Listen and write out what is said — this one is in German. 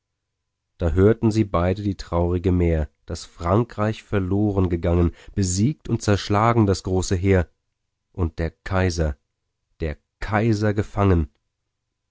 da hörten sie beide die traurige mär daß frankreich verloren gegangen besiegt und zerschlagen das große heer und der kaiser der kaiser gefangen